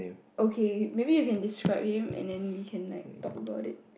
okay maybe you can describe him and then we can like talk about it